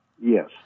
Yes